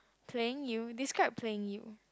playing you describe playing you